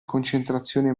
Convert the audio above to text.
concentrazione